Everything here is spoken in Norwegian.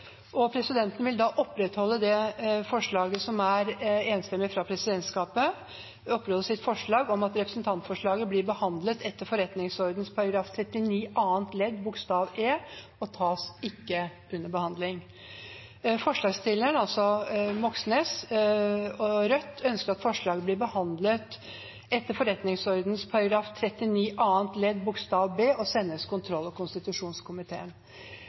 forslaget fra presidentskapet om at representantforslaget blir behandlet etter forretningsordenen § 39 annet ledd bokstav e – tas ikke under behandling. Forslagsstilleren, Bjørnar Moxnes fra Rødt, ønsker at forslaget blir behandlet etter forretningsordenen § 39 annet ledd bokstav b og sendes kontroll- og konstitusjonskomiteen.